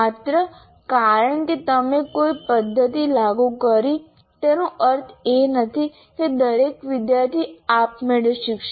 માત્ર કારણ કે તમે કોઈ પદ્ધતિ લાગુ કરી તેનો અર્થ એ નથી કે દરેક વિદ્યાર્થી આપમેળે શીખશે